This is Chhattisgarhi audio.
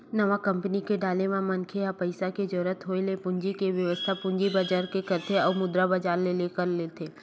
नवा कंपनी के डाले म मनखे ह पइसा के जरुरत होय ले पूंजी के बेवस्था पूंजी बजार ले करथे अउ मुद्रा बजार ले कर लेथे